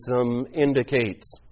indicates